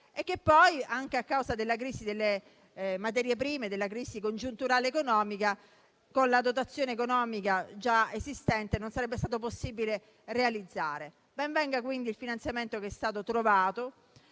e che poi, anche a causa della crisi delle materie prime e della crisi congiunturale economica, con la dotazione economica già esistente non sarebbe stato possibile realizzare. Ben venga, quindi, il finanziamento che è stato trovato